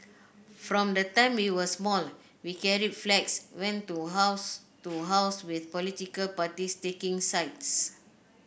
from the time we were small we carried flags went to house to house with political parties taking sides